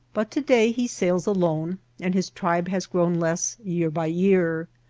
but to-day he sails alone and his tribe has grown less year by year.